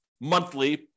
monthly